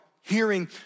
hearing